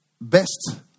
best